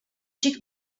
xic